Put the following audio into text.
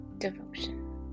Devotion